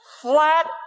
flat